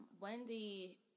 Wendy